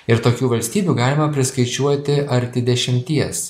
ir tokių valstybių galima priskaičiuoti arti dešimties